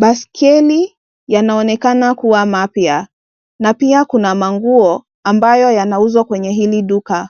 Baiskeli yanaonekana kua mapya na pia kuna manguo ambayo yanauzwa kwenye hili duka.